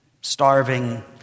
starving